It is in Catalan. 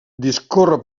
discorre